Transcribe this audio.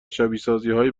شبیهسازیهایی